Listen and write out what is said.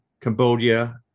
Cambodia